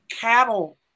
Cattle